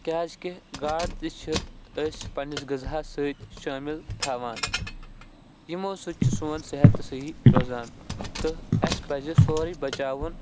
کیازِ کہِ گاڈٕ تہِ چھِ أسۍ پَنٕنِس غزاہس سۭتۍ شٲمِل تھاوان یِمو سۭتۍ چھُ سون صحت تہِ صیحح روزان تہٕ اَسہِ پَزِ سورُے بَچاوُن